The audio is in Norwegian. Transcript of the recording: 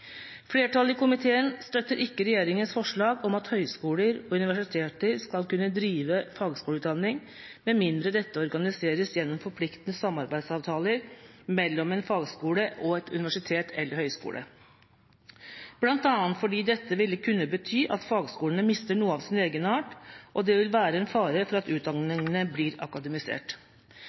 Flertallet i komiteen støtter ikke regjeringas forslag om at høyskoler og universiteter skal kunne drive fagskoleutdanning, med mindre dette organiseres gjennom forpliktende samarbeidsavtaler mellom en fagskole og et universitet eller høyskole, bl.a. fordi dette ville kunne bety at fagskolene mister noe av sin egenart, og det vil være en fare for at utdanningene blir akademisert.